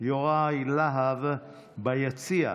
יוראי להב ביציע,